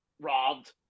robbed